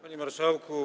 Panie Marszałku!